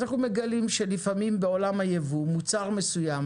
אז אנחנו מגלים שלפעמים בעולם היבוא מוצר מסוים